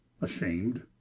ashamed